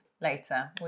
later